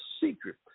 secret